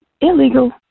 Illegal